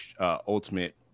ultimate